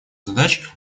задач